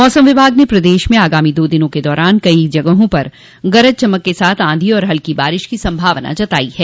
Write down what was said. मौसम विभाग ने प्रदेश में आगामी दो दिनों के दौरान कई जगहों पर गरज चमक के साथ आंधी और हल्की बारिश की संभावना जताई है